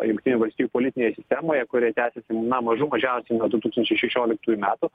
jungtinių valstijų politinėje sistemoje kurie tęsiasi na mažų mažiausiai nuo du tūkstančiai šešioliktųjų metų